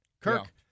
Kirk